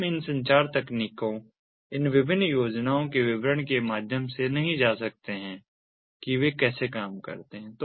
हम इन संचार तकनीकों इन विभिन्न योजनाओं के विवरण के माध्यम से नहीं जा सकते की वे कैसे काम करते हैं